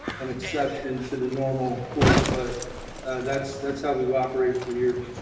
an accept into the normal course, but that's that's how we've operated for years.